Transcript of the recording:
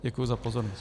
Děkuji za pozornost.